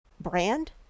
brand